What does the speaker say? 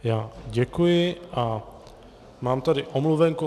Já děkuji a mám tady omluvenku.